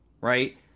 Right